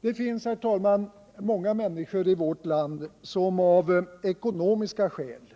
Det finns, herr talman, många människor i vårt land som av ekonomiska skäl,